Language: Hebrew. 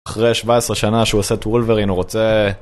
אחרי 17 שנה שהוא עושה טוולברין, הוא רוצה...